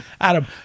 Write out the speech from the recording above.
adam